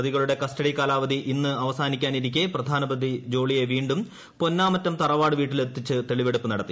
പ്രതികളുടെ കസ്റ്റഡി കാലാവധി ഇന്ന് അവസാനിക്കാനിരിക്കെ പ്രധാന പ്രതി ജോളിയെ വീണ്ടും പൊന്നാമറ്റം തറവാട് വീട്ടിലെത്തിച്ചു തെളിവെടുപ്പ് നടത്തി